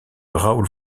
raoul